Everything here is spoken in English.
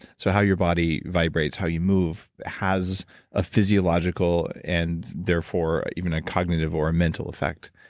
so how your body vibrates, how you move has a physiological, and therefore even a cognitive or a mental effect.